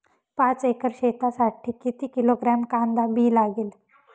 पाच एकर शेतासाठी किती किलोग्रॅम कांदा बी लागेल?